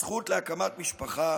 הזכות להקמת משפחה